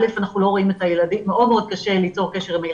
קודם כל אנחנו לא רואים את הילדים,